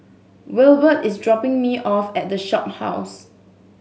Wilbert is dropping me off at The Shophouse